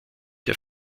der